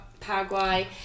Paraguay